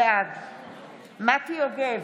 בעד מטי יוגב,